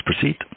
proceed